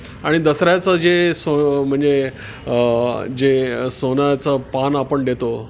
आणि दसऱ्याचं जे सो म्हणजे जे सोन्याचं पान आपण देतो